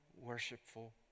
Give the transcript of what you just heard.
worshipful